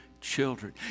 children